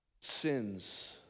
sins